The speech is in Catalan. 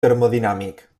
termodinàmic